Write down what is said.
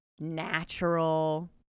natural